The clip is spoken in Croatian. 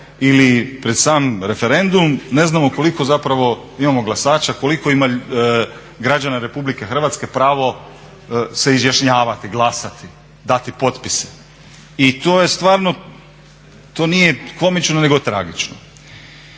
ili pred sam referendum ne znamo koliko zapravo imamo glasača, koliko ima građana Republike Hrvatske pravo se izjašnjavati, glasati, dati potpise i to je stvarno, to nije komično nego tragično.